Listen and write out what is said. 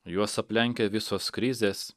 juos aplenkia visos krizės